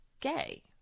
gay